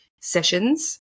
sessions